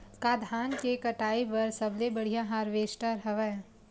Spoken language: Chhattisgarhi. का धान के कटाई बर सबले बढ़िया हारवेस्टर हवय?